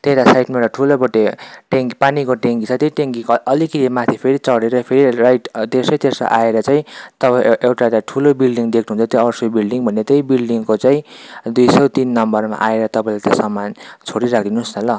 त्यो यता साइडमा एउटा ठुलो बडा टेन्क पानीको ट्याङ्की छ त्यही ट्याङ्कीको अलिकिति माथि फेरि चढेर फेरि राइट तेर्सो तेर्सो आएर चाहिँ तपाईँ एउ एउटा त्यहाँ ठुलो बिल्डिङ देख्नु हुन्छ त्यो अवर्स वे बिल्डिङ भन्ने त्यही बिल्डिङको चाहिँ दुई सय तिन नम्बरमा आएर तपाईँले त्यो सामान छोडिराखि दिनु होस् न ल